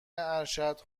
ارشد